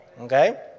Okay